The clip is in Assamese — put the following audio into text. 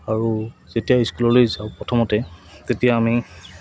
আৰু যেতিয়া স্কুললৈ যাওঁ প্ৰথমতে তেতিয়া আমি